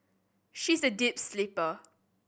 she is a deep sleeper